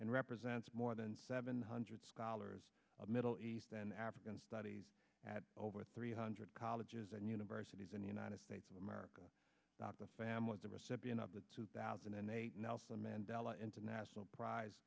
and represents more than seven hundred scholars of middle east and african studies at over three hundred colleges and universities in the united states of america not the families the recipient of the two thousand and eight nelson mandela international prize